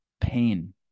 pain